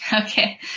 Okay